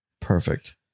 Perfect